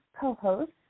co-host